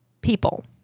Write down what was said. people